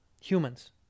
humans